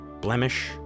blemish